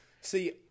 See